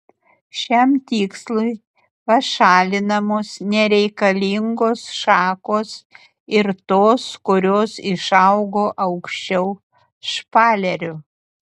šiam tikslui pašalinamos nereikalingos šakos ir tos kurios išaugo aukščiau špalerio